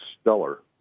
stellar